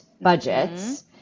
budgets